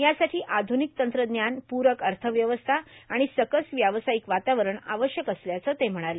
यासाठी आध्रनिक तंत्रज्ञान पुरक अर्थव्यवस्था आणि सकस व्यावसायिक वातावरण आवश्यक असल्याचं ते म्हणाले